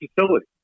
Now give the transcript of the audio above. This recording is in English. facility